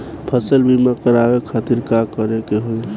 फसल बीमा करवाए खातिर का करे के होई?